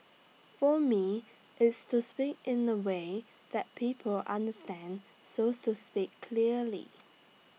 for me it's to speak in A way that people understand so to speak clearly